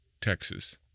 Texas